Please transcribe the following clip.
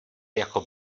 jako